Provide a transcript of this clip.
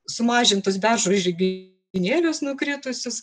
sumažintus beržo žirginėlius nukritusius